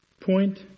point